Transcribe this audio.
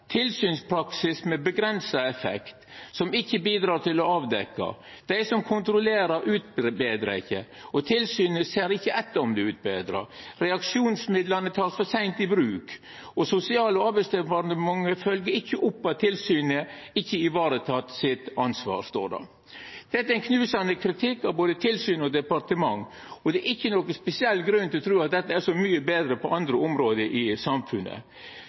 tilsynspraksis med redusert effekt som ikkje bidreg til å avdekkja, dei som vert kontrollerte, utbetrar ikkje, og tilsynet ser ikkje etter om det er utbetra. Reaksjonsmidla vert tekne for seint i bruk, og Sosial- og arbeidsdepartementet følgjer ikkje opp at tilsynet varetek ansvaret sitt – står det. Dette er ein knusande kritikk av både tilsyn og departement, og det er ikkje nokon spesiell grunn til å tru at det er så mykje betre på andre område i samfunnet.